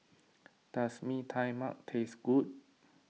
does Mee Tai Mak taste good